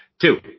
Two